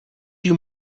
you